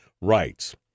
rights